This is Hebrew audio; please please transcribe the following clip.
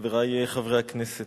חברי חברי הכנסת,